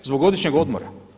Zbog godišnje odmora.